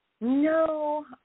no